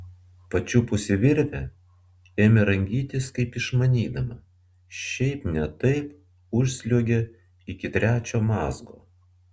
pačiupusi virvę ėmė rangytis kaip išmanydama šiaip ne taip užsliuogė iki trečio mazgo